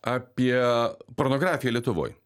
apie pornografiją lietuvoj